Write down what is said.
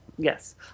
Yes